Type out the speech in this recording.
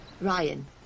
Ryan